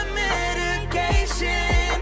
medication